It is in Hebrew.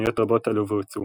ותוכניות רבות עלו והוצעו,